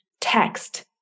text